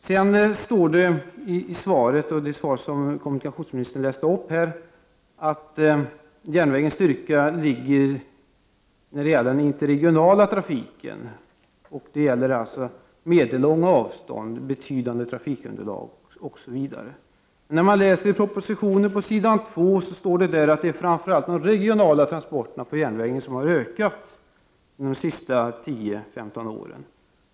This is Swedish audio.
Det står i det skrivna svar som kommunikationsministern här läste upp att järnvägens styrka ligger på den interregionala trafiken, dvs. på medellånga avstånd med betydande trafikunderlag osv. I budgetpropositionen på s. 2 i bil. 8 står det att det framför allt är de regionala transporterna på järnväg som har ökat under de senaste 10-15 åren.